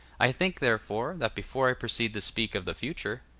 i think, therefore, that before i proceed to speak of the future,